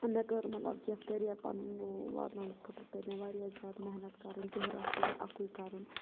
مےٚ کوٚر مطلب کہِ کیریر پَنُن واتناونس خٲطرٕ کٔر مےٚ واریاہ زیادٕ محنت کرٕنۍ دۄہ رات پیٚو مےٚ اکُے کرُن